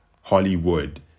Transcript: Hollywood